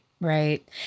right